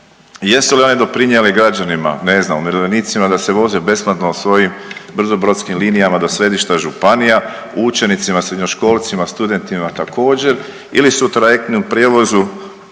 jesu li one doprinjele građanima, ne znam umirovljenicima da se voze besplatno svojim brzo brodskim linijama do središta županija, učenicima, srednjoškolcima, studentima također ili su u trajektnom prijevozu otočani imali